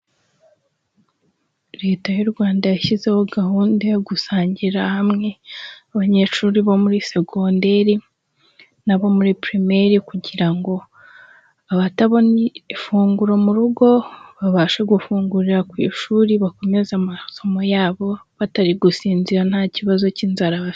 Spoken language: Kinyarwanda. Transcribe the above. Leta y'u Rwanda yashyizeho gahunda yo gusangira hamwe abanyeshuri bo muri segonderi n'abo muri pirimeri kugira ngo abatabona ifunguro mu rugo babashe gufungurira ku ishuri bakomeze amasomo yabo batari gusinzira, nta kibazo cy'inzara bafite.